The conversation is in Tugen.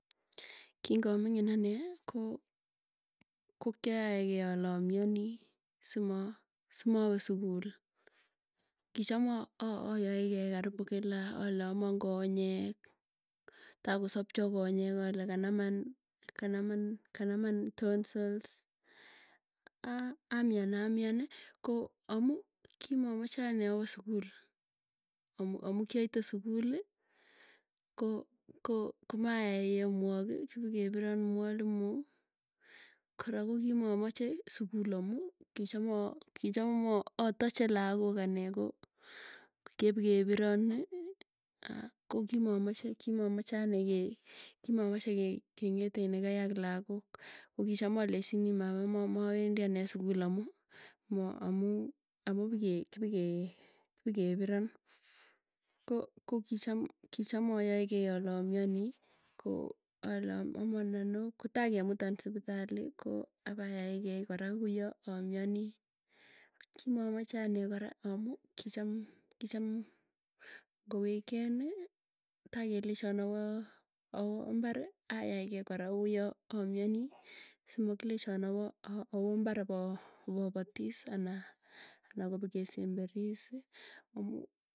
Kingaming'in anee ko kiaegei ale amianii, simo simawee sukul, kicham ayae karibu kila ale aman konyek, taa kosopcho konyek alale kanaman tonsils amwanamwan ko amuu kimamoche anee awoo sukul. Amu kiate sukul ko ko komayai homework kipikepiron mwalimu. Kora kokimamache sukul amuu kicham aa kicham atache lakook anee ko, kepekepironi aah kokimamache kimamache anee kee kimamache kee, keng'ete nekai ak lagook. Kokicham alechini mama mawendii, anee sukul amuu kipikepiron ko ko kicham kichamayayegei ale amianiii koo, alee amon anoo. Kotai kepumutan sipitali koo apakaikei kora kuu yoo amwanii. Kimamache anee kora amuu, kicham kicham ngoweekend taikelechon. Awoo awooimbari ayaike kora kuyo amiani simakilechon awoo, awoo mbarr ipoo ipopatis ana kopikesembisi amuu.